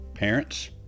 Parents